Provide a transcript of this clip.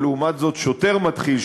ולעומת זאת שוטר מתחיל,